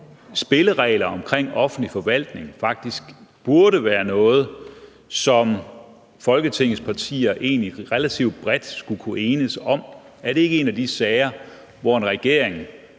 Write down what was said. spillereglerne omkring den offentlige forvaltning faktisk burde være noget, som Folketingets partier relativt bredt skulle kunne enes om? Er det ikke en af de sager, hvor en regering